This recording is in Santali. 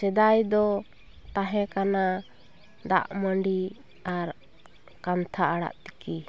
ᱥᱮᱫᱟᱭ ᱫᱚ ᱛᱟᱦᱮᱸ ᱠᱟᱱᱟ ᱫᱟᱜ ᱢᱟᱰᱤ ᱟᱨ ᱠᱟᱱᱛᱷᱟ ᱟᱲᱟᱜ ᱛᱤᱠᱤ